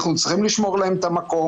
אנחנו צריכים לשמור להם על המקום,